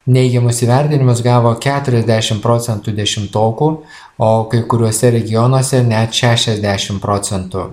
neigiamus įvertinimus gavo keturiasdešim procentų dešimtokų o kai kuriuose regionuose net šešiasdešim procentų